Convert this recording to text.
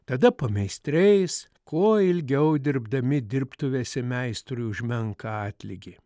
tada pameistriais kuo ilgiau dirbdami dirbtuvėse meistrui už menką atlygį